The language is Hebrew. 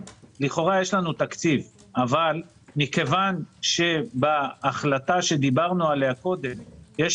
לכאורה יש לנו תקציב אבל מכיוון שבהחלטה שדיברנו עליה קודם יש